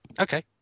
Okay